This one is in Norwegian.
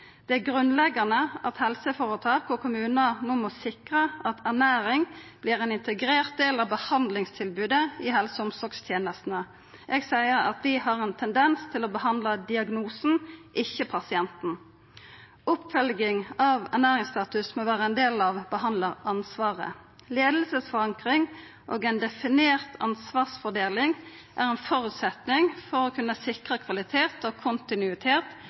Det er grunnleggjande at helseføretak og kommunar no må sikra at ernæring vert ein integrert del av behandlingstilbodet i helse- og omsorgstenestene. Eg seier at vi har ein tendens til å behandla diagnosen, ikkje pasienten. Oppfølging av ernæringsstatus må vera ein del av behandlaransvaret. Leiingsforankring og ei definert ansvarsfordeling er ein føresetnad for å kunna sikra kvalitet og kontinuitet